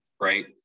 Right